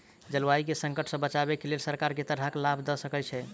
जलवायु केँ संकट सऽ बचाबै केँ लेल सरकार केँ तरहक लाभ दऽ रहल छै?